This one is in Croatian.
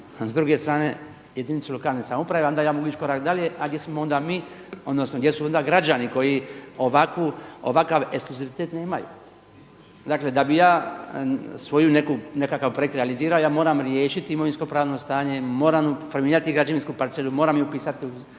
s druge strane jedinicu lokalne samouprave a onda ja mogu ići korak dalje, a gdje smo onda mi, odnosno gdje su onda građani koji ovakav ekskluzivitet nemaju. Dakle da bih ja svoj nekakav projekt realizirao ja moram riješiti imovinsko pravno stanje, moram formirati građevinsku parcelu, moram ju upisati u